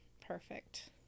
Perfect